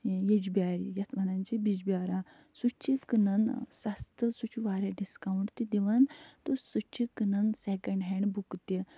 ییٚجبیٛارِ یَتھ وَنان چھِ بِجبِہارا سُہ چھِ کٕنان سَستہٕ سُہ چھُ وارِیاہ ڈِسکاوُنٛٹ تہِ دِوان تہٕ سُہ چھِ کٕنان سٮ۪کٮ۪نٛڈ ہینٛڈ بُکہٕ تہِ